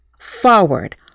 forward